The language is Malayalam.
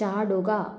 ചാടുക